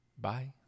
Bye